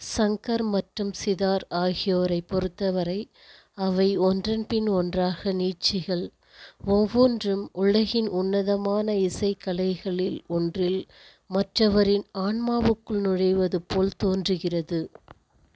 சங்கர் மற்றும் சிதார் ஆகியோரைப் பொறுத்தவரை அவை ஒன்றன்பின் ஒன்றாக நீட்சிகள் ஒவ்வொன்றும் உலகின் உன்னதமான இசைக் கலைகளில் ஒன்றில் மற்றவரின் ஆன்மாவுக்குள் நுழைவது போல் தோன்றுகிறது